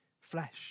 flesh